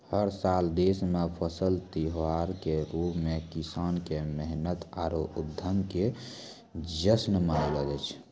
हर साल देश मॅ फसल त्योहार के रूप मॅ किसान के मेहनत आरो उद्यम के जश्न मनैलो जाय छै